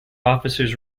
officers